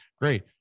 Great